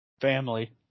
Family